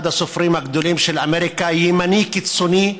אחד הסופרים הגדולים של אמריקה, ימני קיצוני,